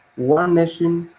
one nation,